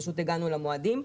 פשוט הגענו למועדים,